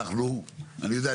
אני יודע,